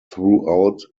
throughout